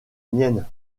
miennes